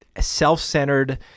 self-centered